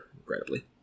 incredibly